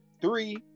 three